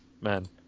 Man